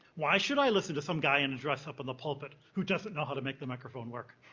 why should i listen to some guy in a dress up on the pulpit who doesn't know how to make the microphone work?